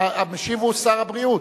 המשיב הוא שר הבריאות.